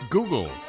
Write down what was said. Google